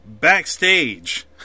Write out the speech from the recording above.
Backstage